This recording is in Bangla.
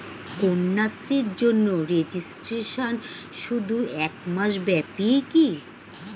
কন্যাশ্রীর জন্য রেজিস্ট্রেশন শুধু এক মাস ব্যাপীই কি?